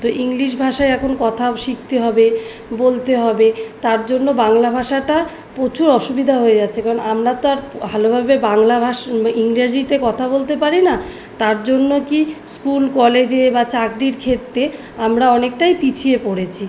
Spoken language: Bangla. তো ইংলিশ ভাষায় এখন কথা শিখতে হবে বলতে হবে তার জন্য বাংলা ভাষাটার প্রচুর অসুবিদা হয়ে যাচ্ছে কারণ আমরা তো আর ভালোভাবে বাংলা ভাষা ইংরেজিতে কথা বলতে পারি না তার জন্য কি স্কুল কলেজে বা চাকরির ক্ষেত্রে আমরা অনেকটাই পিছিয়ে পড়েছি